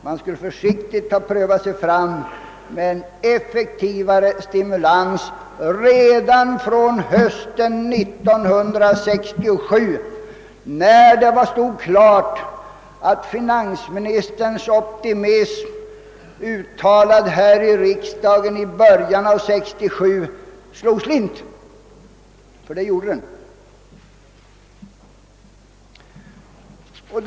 Man skulle försiktigt ha satt in effektivare stimulans redan från hösten 1967 när det stod klart, att finansministerns här i riksdagen i början av 1967 uttalade optimism slog slint — ty det gjorde den.